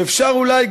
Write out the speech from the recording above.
שאפשר אולי,